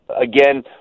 Again